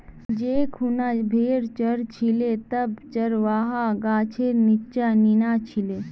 जै खूना भेड़ च र छिले तब चरवाहा गाछेर नीच्चा नीना छिले